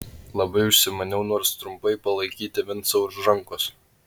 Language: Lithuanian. labai užsimaniau nors trumpai palaikyti vincą už rankos